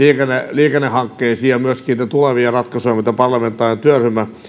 liikennehankkeisiin ja myöskin niitä tulevia ratkaisuja mitä parlamentaarinen työryhmä